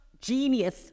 genius